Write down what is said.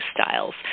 styles